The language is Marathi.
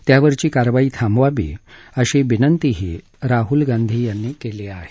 त्यावरची कारवाई थांबवावी अशी विनंतीही राहुल गांधी यांनी केली आहे